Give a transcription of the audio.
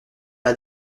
pas